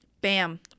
Bam